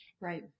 Right